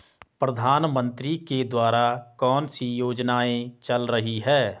प्रधानमंत्री के द्वारा कौनसी योजनाएँ चल रही हैं?